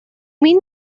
mean